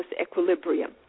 equilibrium